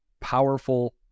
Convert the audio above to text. powerful